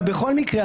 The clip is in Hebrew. בכל מקרה,